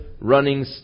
running